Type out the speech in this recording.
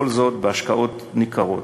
כל זאת בהשקעות ניכרות.